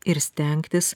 ir stengtis